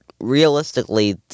realistically